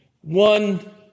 One